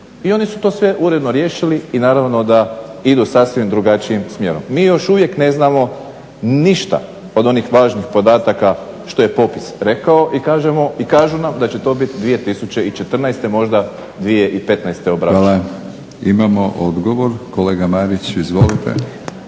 I oni su to sve uredno riješili i naravno da idu sasvim drugačijim smjerom. Mi još uvijek ne znamo ništa od onih važnih podataka što je popis rekao i kažu nam da će to bit 2014., možda 2015. obrađeno. **Batinić, Milorad (HNS)** Hvala. Imamo odgovor, kolega Marić, izvolite.